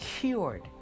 cured